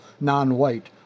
non-white